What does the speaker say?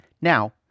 Now